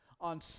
on